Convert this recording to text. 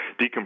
decompress